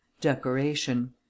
Decoration